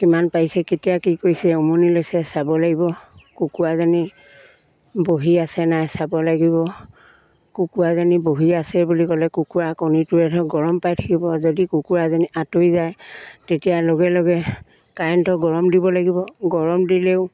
কিমান পাৰিছে কেতিয়া কি কৰিছে উমনি লৈছে চাব লাগিব কুকুৰাজনী বহি আছে নাই চাব লাগিব কুকুৰাজনী বহি আছে বুলি ক'লে কুকুৰা কণীটোৰে ধৰক গৰম পাই থাকিব যদি কুকুৰাজনী আঁতৰি যায় তেতিয়া লগে লগে কাৰেণ্টৰ গৰম দিব লাগিব গৰম দিলেও